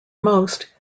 most